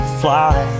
fly